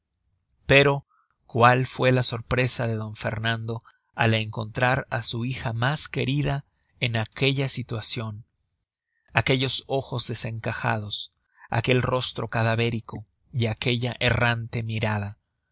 pero cuál fue la sorpresa de d fernando al encontrar á su hija mas querida en aquella situacion aquellos ojos desencajados aquel rostro cadavérico y aquella errante mirada